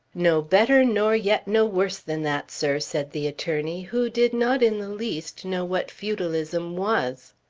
no better, nor yet no worse than that, sir, said the attorney who did not in the least know what feudalism was.